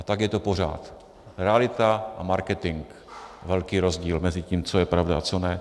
A tak je to pořád, realita a marketing, velký rozdíl mezi tím, co je pravda a co ne.